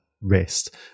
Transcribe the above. wrist